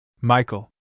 Michael